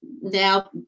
now